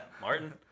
Martin